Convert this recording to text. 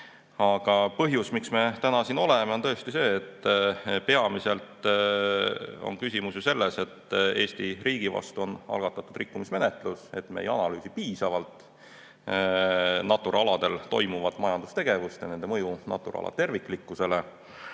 põhjus, miks me täna siin oleme, on tõesti see, et peamiselt on küsimus ju selles, et Eesti riigi vastu on algatatud rikkumismenetlus, sest me ei analüüsi piisavalt Natura aladel toimuvat majandustegevust ja nende mõju Natura ala terviklikkusele.